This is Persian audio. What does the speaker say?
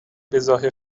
بهظاهر